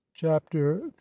Chapter